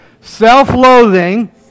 Self-loathing